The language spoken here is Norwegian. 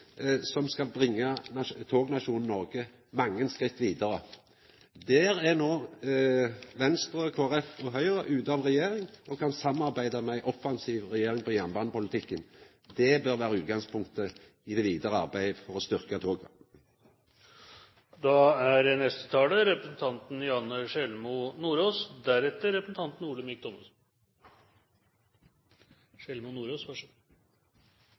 som skal bringa tognasjonen Noreg mange skritt vidare. Venstre, Kristeleg Folkeparti og Høgre er no ute av regjering og kan samarbeida med ei offensiv regjering om jernbanepolitikken. Det bør vera utgangspunktet i det vidare arbeidet for å styrkja toget. Intercitytriangelet er